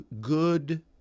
good